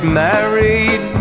married